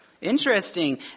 Interesting